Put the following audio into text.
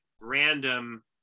random